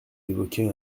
évoquez